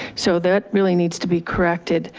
so that really needs to be corrected.